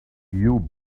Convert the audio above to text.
you